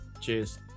Cheers